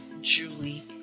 Julie